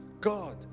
God